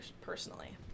personally